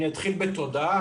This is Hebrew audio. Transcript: אני אתחיל בתודה.